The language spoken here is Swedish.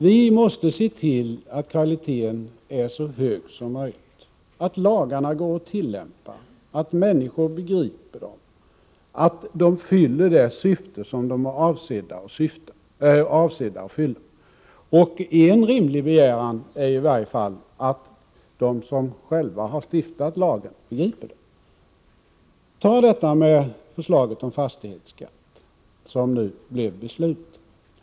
Vi måste se till att kvaliteten är så hög som möjligt, att lagarna går att tillämpa, att människor begriper dem och att de fyller det syfte som de var avsedda att fylla. Och en rimlig begäran är i varje fall att de som själva har stiftat lagen begriper den. Ta detta med förslaget om fastighetsskatt, som det blev beslut om.